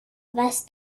was